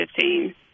15